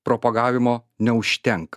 propagavimo neužtenk